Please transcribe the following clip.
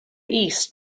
east